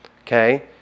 okay